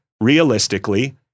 realistically